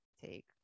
take